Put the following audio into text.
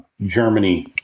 Germany